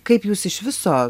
kaip jūs iš viso